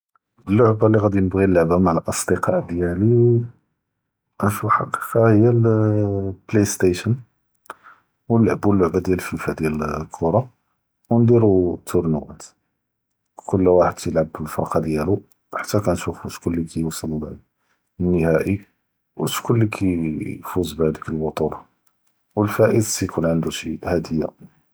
אלעבא לי ג’אדי נבג’י נלעבא מע אלאסדיקה דיאלי פלחקיקה היא אלפליי סטיישן ו נלעבו אלעבא דיאל פיפא דיאל אלכורה, ו נדרו טורן נואת קול וואחד כיילעבא פלפרקה דיאלו חתה ג’נשופו ש’כון יואצל לנהאי ו ש’כון לי כייפוז בהד’יק אלבטולה, ו אלפאיז כיקום ענדו שי הד’יהה.